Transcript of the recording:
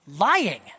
Lying